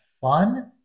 fun